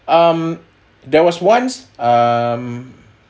um there was once um